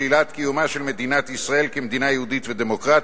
שלילת קיומה של מדינת ישראל כמדינה יהודית ודמוקרטית,